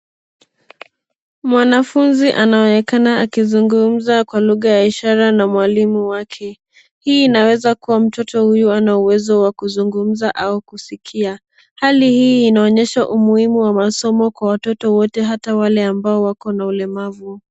Mwanafunzi anaonekana akizungumza kwa lugha ya ishara na mwalimu wake. Hii inaweza kuwa mtoto huyu hana uwezo wa kuzungumza au kusikia. Hali hii inaonyesha umuhimu wa masomo kwa watoto wote hata wale ambao wako na ulemavu.